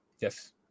Yes